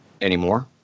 anymore